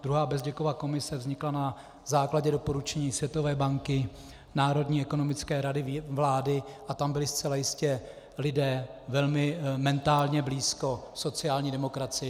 Druhá Bezděkova komise vznikla na základě doporučení Světové banky, Národní ekonomické rady vlády a tam byli zcela jistě lidé velmi mentálně blízko sociální demokracii.